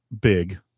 big